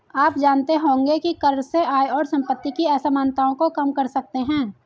आप जानते होंगे की कर से आय और सम्पति की असमनताओं को कम कर सकते है?